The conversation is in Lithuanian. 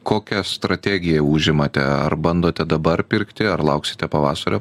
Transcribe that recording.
kokią strategiją užimate ar bandote dabar pirkti ar lauksite pavasario